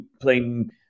playing